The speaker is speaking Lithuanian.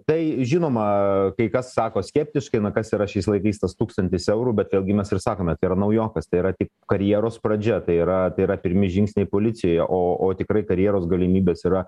tai žinoma kai kas sako skeptiškai na kas yra šiais laikais tas tūkstantis eurų bet vėlgi mes ir sakome tai yra naujokas tai yra tik karjeros pradžia tai yra tai yra pirmi žingsniai policijoje o o tikrai karjeros galimybės yra